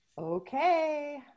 Okay